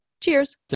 Cheers